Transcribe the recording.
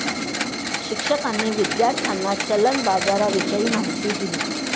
शिक्षकांनी विद्यार्थ्यांना चलन बाजाराविषयी माहिती दिली